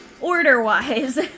order-wise